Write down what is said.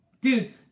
Dude